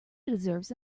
deserves